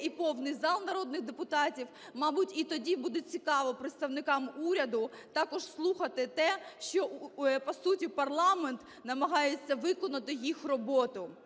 і повний зал народних депутатів, мабуть, і тоді буде цікаво представникам уряду також слухати те, що по суті парламент намагається виконати їх роботу.